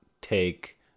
Take